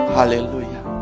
Hallelujah